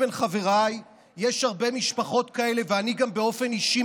ובין חבריי יש הרבה משפחות כאלה ואני גם מכיר באופן אישי,